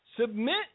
submit